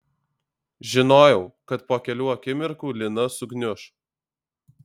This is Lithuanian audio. žinojau kad po kelių akimirkų lina sugniuš